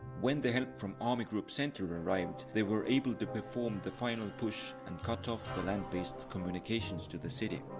when the help from army group center arrived, they were able to perform the final push and cut off the land-based communications to the city.